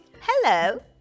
Hello